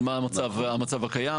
על המצב הקיים.